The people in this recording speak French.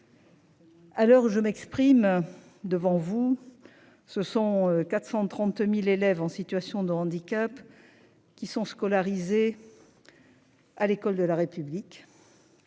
l'heure je m'exprime devant vous. Ce sont 430.000 élèves en situation de handicap. Qui sont scolarisés.-- À l'école de la République.